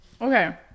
Okay